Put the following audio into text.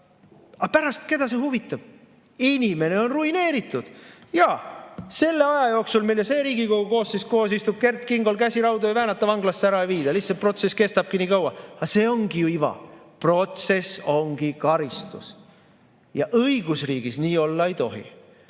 Aga pärast keda see huvitab? Inimene on ruineeritud. Jaa, selle aja jooksul, mille see Riigikogu koosseis koos istub, Kert Kingol käsi raudu ei väänata, vanglasse ära ei viida, lihtsalt protsess kestabki nii kaua. Aga see ongi ju iva: protsess ongi karistus. Aga õigusriigis nii olla ei tohi.